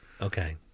Okay